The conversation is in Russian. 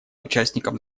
участникам